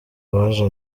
baje